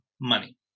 money